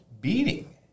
beating